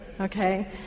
okay